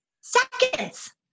seconds